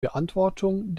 beantwortung